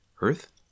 Earth